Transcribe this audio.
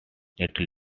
little